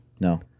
No